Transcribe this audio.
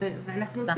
שמים